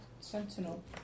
sentinel